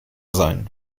seien